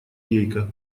гейка